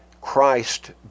Christ